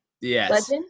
Yes